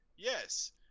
Yes